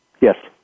Yes